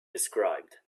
described